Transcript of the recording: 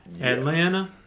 Atlanta